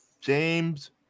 James